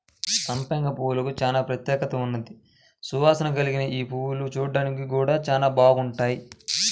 సంపెంగ పూలకు చానా ప్రత్యేకత ఉన్నది, సువాసన కల్గిన యీ పువ్వులు చూడ్డానికి గూడా చానా బాగుంటాయి